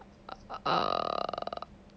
err